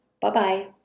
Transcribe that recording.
Bye-bye